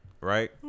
right